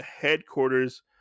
headquarters